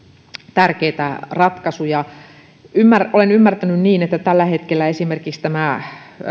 tärkeitä ratkaisuja olen ymmärtänyt niin että tällä hetkellä esimerkiksi